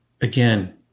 Again